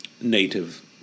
native